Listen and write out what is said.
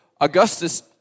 Augustus